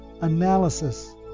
analysis